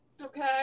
Okay